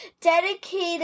dedicated